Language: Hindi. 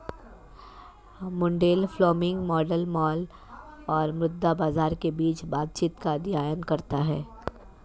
मुंडेल फ्लेमिंग मॉडल माल और मुद्रा बाजार के बीच बातचीत का अध्ययन करता है